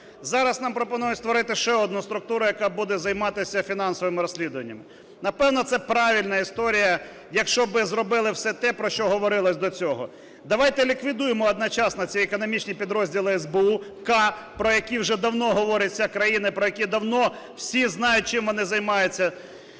Зараз нам пропонують створити ще одну структуру, яка буде займатися фінансовими розслідуваннями. Напевно це правильна історія, якщо б зробили все те, про що говорилось до цього. Давайте ліквідуємо одночасно ці економічні підрозділи СБУ "К", про які вже давно говорить вся країна і про які давно всі знають, чим вони займаються,